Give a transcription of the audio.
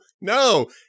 no